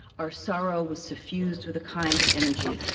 our sorrow was suffused with a kind of energy,